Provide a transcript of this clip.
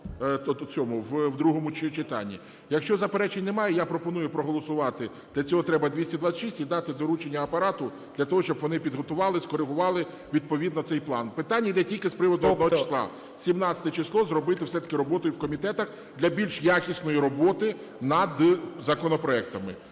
в другому читанні. Якщо заперечень немає, я пропоную проголосувати. Для цього треба 226. І дати доручення Апарату для того, щоб вони підготували, скоригували, відповідно, цей план. Питання йде тільки з приводу одного числа, 17 число зробити все-таки роботою в комітетах для більш якісної роботи над законопроектами.